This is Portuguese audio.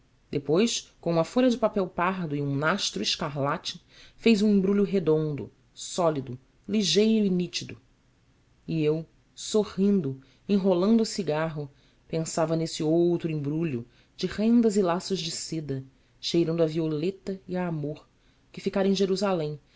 depois com uma folha de papel pardo e um nastro escarlate fez um embrulho redondo sólido ligeiro e nítido e eu sorrindo enrolando o cigarro pensava nesse outro embrulho de rendas e laços de seda cheirando a violeta e a amor que ficara em jerusalém